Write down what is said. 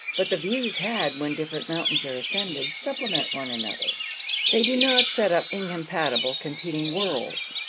but the views had when different mountains are ascended supplement one another they do not set up incompatible, competing worlds.